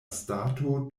stato